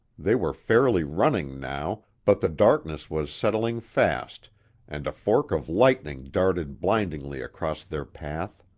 they were fairly running now, but the darkness was settling fast and a fork of lightning darted blindingly across their path.